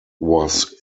was